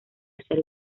hacer